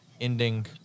ending